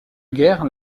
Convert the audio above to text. guerre